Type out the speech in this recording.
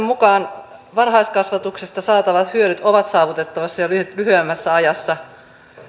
mukaan varhaiskasvatuksesta saatavat hyödyt ovat saavutettavissa jo lyhyemmässä ajassa